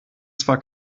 zwar